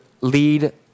lead